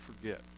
forget